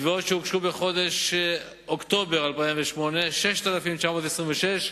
תביעות שהוגשו בחודש אוקטובר 2008, 6,926,